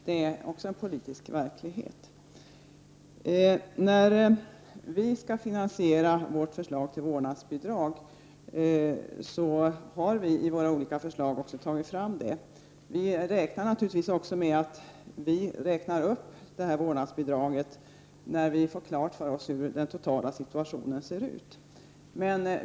Det är också politisk verklighet. Vi har i våra olika förslag också tagit fram hur vi skall finansiera vårt förslag till vårdnadsbidrag. Vi räknar naturligtvis också med att vi skall räkna upp vårdnadsbidraget när vi får klart för oss hur den totala situationen ser ut.